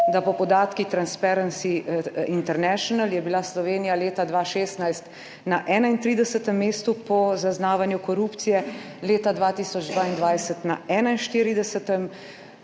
da po podatkih Transparency International je bila Slovenija leta 2016 na 31. mestu po zaznavanju korupcije, leta 2022 na 41.,